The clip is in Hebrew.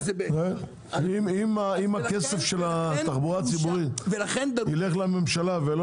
אם הכסף של התחבורה הציבורית ילך לממשלה ולא